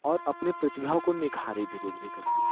और अपने प्रतिभा को निखारे धीरे धीरे करके